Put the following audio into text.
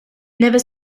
never